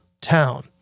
town